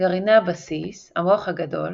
גרעיני הבסיס המוח הגדול